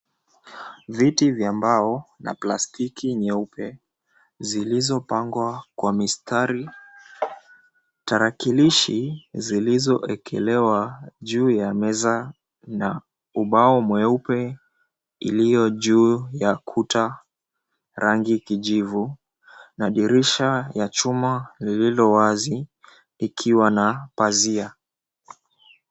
Viti vya mbao na plastiki nyeupe zilizopangwa kwa mistari. Tarakilishi zilizoekelewa juu ya meza na ubao mweupe iliyo juu ya kuta rangi kijivu, na dirisha ya chuma lililo wazi ikiwa na pazia.